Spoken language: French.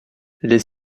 les